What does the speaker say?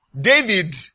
David